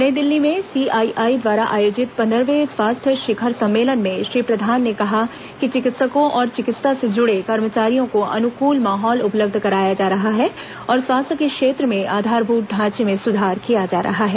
नई दिल्ली में सीआईआई द्वारा आयोजित पंद्रहवें स्वास्थ्य शिखर सम्मेलन में श्री प्रधान ने कहा कि चिकित्सकों और चिकित्सा से जुड़े कर्मचारियों को अनुकूल माहौल उपलब्ध कराया जा रहा है और स्वास्थ्य के क्षेत्र में आधारभूत ढांचे में सुधार किया जा रहा है